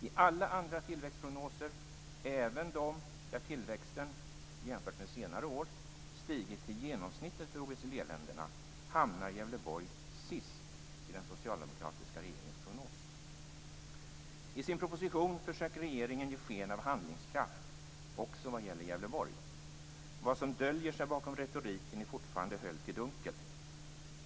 I alla andra tillväxtprognoser, även de där tillväxten jämfört med senare år stigit till genomsnittet för OECD-länderna, hamnar Gävleborg sist i den socialdemokratiska regeringens prognos. I sin proposition försöker regeringen ge sken av handlingskraft också vad gäller Gävleborg. Vad som döljer sig bakom retoriken är fortfarande höljt i dunkel.